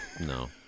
No